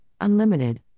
unlimited